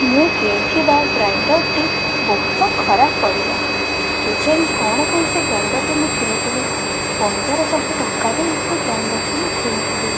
ମୁଁ କିଣିଥିବା ଗ୍ରାଇଣ୍ଡର୍ଟି ବହୁତ ଖରାପ ପଡ଼ିଲା କେଜାଣି କ'ଣ ପାଇଁ ମୁଁ ସେ ଗ୍ରାଇଣ୍ଡର୍ଟି କିଣୁଥିଲି ପନ୍ଦରଶହ ଟଙ୍କା ଦେଇ ସେଇ ଗ୍ରାଇଣ୍ଡର୍ଟି ମୁଁ କିଣିଥିଲି